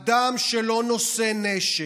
אדם שלא נושא נשק,